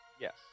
yes